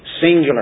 singular